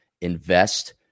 invest